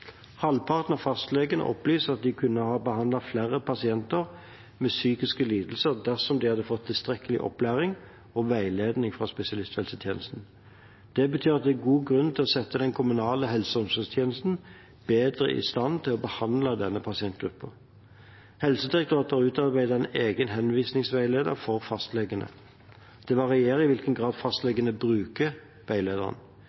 Halvparten av fastlegene opplyser at de kunne ha behandlet flere pasienter med psykiske lidelser dersom de hadde fått tilstrekkelig opplæring og veiledning fra spesialisthelsetjenesten. Det betyr at det er god grunn til å sette den kommunale helse- og omsorgstjenesten bedre i stand til å behandle denne pasientgruppen. Helsedirektoratet har utarbeidet en egen henvisningsveileder for fastlegene. Det varierer i hvilken grad